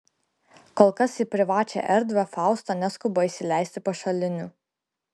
kol kas į privačią erdvę fausta neskuba įsileisti pašalinių